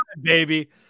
baby